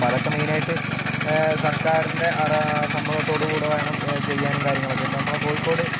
അപ്പോൾ അതൊക്കെ മെയിനായിട്ട് സർക്കാരിൻ്റെ സമ്മതത്തോടു കൂടി വേണം ചെയ്യാനും കാര്യങ്ങളൊക്കെ ഇപ്പം നമ്മളെ കോഴിക്കോട്